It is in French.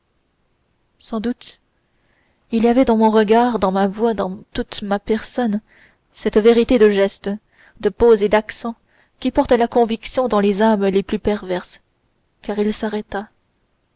sans doute il y avait dans mon regard dans ma voix dans toute ma personne cette vérité de geste de pose et d'accent qui porte la conviction dans les âmes les plus perverses car il s'arrêta